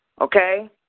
okay